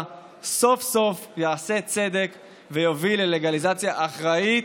סוף-סוף יעשה צדק ויוביל ללגליזציה אחראית,